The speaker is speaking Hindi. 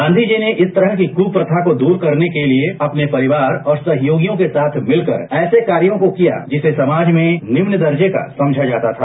गांधीजी ने इस तरह कुप्रथा को दूर करने के लिए अपने परिवार और सहयोगियों के साथ मिलकर ऐसे कार्यों को किया जिसे समाज में निम्न दर्जे का समझा जाता था